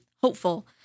hopeful